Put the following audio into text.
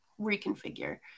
reconfigure